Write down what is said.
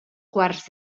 quarts